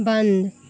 बन्द